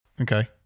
Okay